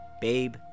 Babe